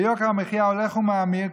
ויוקר המחיה הולך ומאמיר.